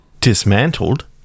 dismantled